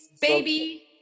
baby